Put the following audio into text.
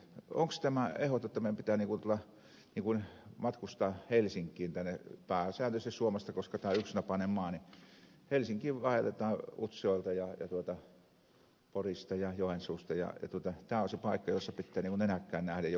onko tämä ehdotonta että meidän pitää matkustaa pääsääntöisesti tänne helsinkiin suomesta koska tämä on yksinapainen maa helsinkiin vaan utsjoelta ja porista ja joensuusta tämä se paikka jossa pitää nenäkkäin nähdä joku ihminen